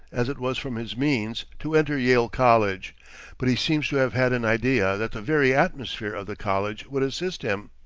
as it was from his means, to enter yale college but he seems to have had an idea that the very atmosphere of the college would assist him.